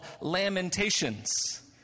Lamentations